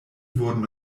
wurden